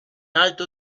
alto